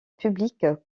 public